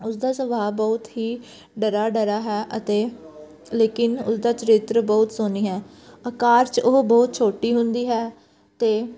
ਉਸ ਦਾ ਸੁਭਾਅ ਬਹੁਤ ਹੀ ਡਰਿਆ ਡਰਿਆ ਹੈ ਅਤੇ ਲੇਕਿਨ ਉਸ ਦਾ ਚਰਿਤਰ ਬਹੁਤ ਸੋਹਣੀ ਹੈ ਆਕਾਰ 'ਚ ਉਹ ਬਹੁਤ ਛੋਟੀ ਹੁੰਦੀ ਹੈ ਅਤੇ